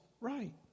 right